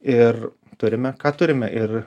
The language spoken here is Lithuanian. ir turime ką turime ir